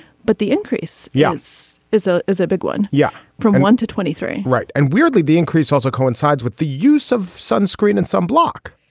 but the increase. yes. this ah is a big one. yeah from one to twenty three. right and weirdly the increase also coincides with the use of sunscreen and sunblock.